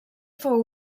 fou